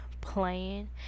playing